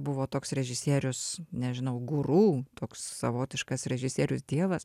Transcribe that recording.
buvo toks režisierius nežinau guru toks savotiškas režisierius dievas